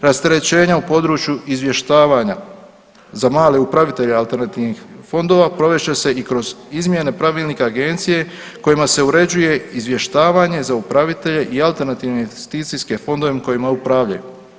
Rasterećenja u području izvještavanja za male upravitelje alternativnih fondova, provest će se i kroz izmjene pravilnika agencije kojima se uređuje izvještavanje za upravitelja i alternativnih investicijskih fonda kojima upravljaju.